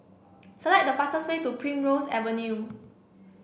select the fastest way to Primrose Avenue